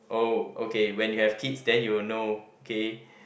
oh okay when you have kids then you will know okay